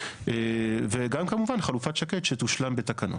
וגם כמובן חלופת שקד שתושלם בתקנות.